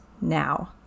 now